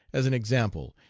as an example,